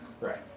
right